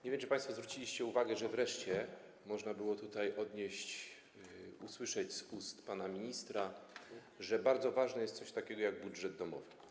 Nie wiem, czy państwo zwróciliście uwagę, że wreszcie można było tutaj usłyszeć z ust pana ministra, że bardzo ważne jest coś takiego jak budżet domowy.